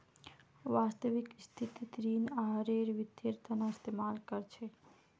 वास्तविक स्थितित ऋण आहारेर वित्तेर तना इस्तेमाल कर छेक